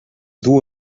duu